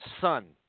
son